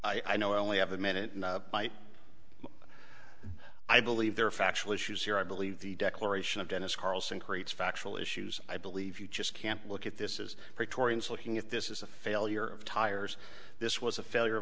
time i know i only have a minute and i believe there are factual issues here i believe the declaration of denis carlson creates factual issues i believe you just can't look at this as praetorians looking if this is a failure of tires this was a failure